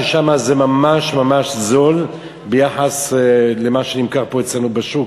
ששם זה ממש ממש זול ביחס למה שנמכר פה אצלנו בשוק,